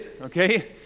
okay